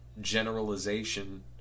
generalization